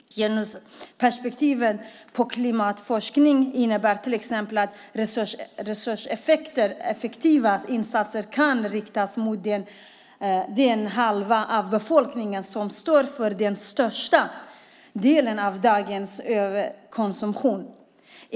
Genusperspektiv på klimatforskning innebär till exempel att resurseffektiva insatser kan riktas mot den halva av befolkningen som står för den största delen av dagens överkonsumtion.